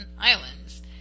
Islands